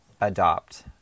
adopt